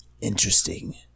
Interesting